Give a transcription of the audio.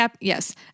Yes